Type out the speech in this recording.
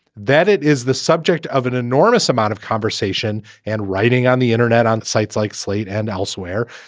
that it is the subject of an enormous amount of conversation and writing on the internet, on sites like slate and elsewhere,